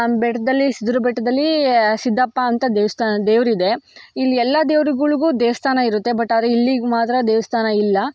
ಬೆಟ್ಟದಲ್ಲಿ ಸಿದ್ಧರ ಬೆಟ್ಟದಲ್ಲಿ ಸಿದ್ಧಪ್ಪ ಅಂತ ದೇವಸ್ಥಾನ ದೇವ್ರು ಇದೆ ಇಲ್ಲಿ ಎಲ್ಲ ದೇವ್ರುಗಳಿಗೂ ದೇವಸ್ಥಾನ ಇರುತ್ತೆ ಬಟ್ ಆದರೆ ಇಲ್ಲಿಗೆ ಮಾತ್ರ ದೇವಸ್ಥಾನ ಇಲ್ಲ